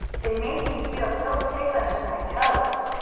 they make me feel so ticklish in my toes.